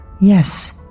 Yes